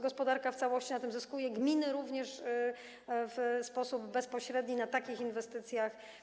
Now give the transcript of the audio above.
Gospodarka w całości na tym zyskuje, gminy również zyskują w sposób bezpośredni na takich inwestycjach.